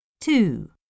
Two